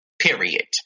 Period